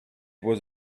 was